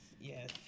yes